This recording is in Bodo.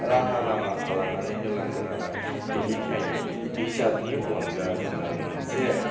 राहा लामा खालामनानै होलांगोन आरो मा बेनिखायनो बिजाबनि अनगा जोंहा मोनसे